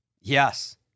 Yes